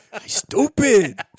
Stupid